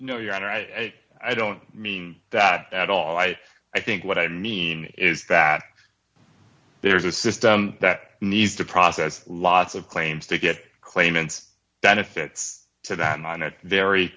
honor i i don't mean that at all i i think what i mean is that there's a system that needs to process lots of claims to get claimants benefits to them on a very